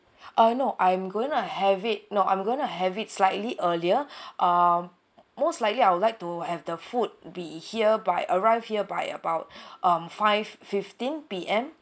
I know I'm gonna have it no I'm gonna have it slightly earlier um most likely I would like to have the food be here by arrived here by about um five-fifteen P_M